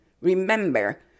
Remember